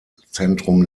zentrum